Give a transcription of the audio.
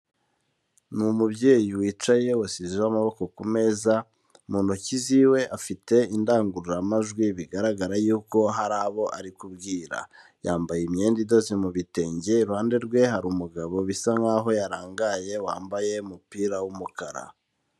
Ni umubyeyi wicaye wasize amaboko ku meza, mu ntoki ziwe afite indangururamajwi bigaragara yuko hari abo ari kubwira, yambaye imyenda idoze mu bitenge iruhande rwe hari umugabo bisa nkaho yarangaye wambaye umupira w'umukara.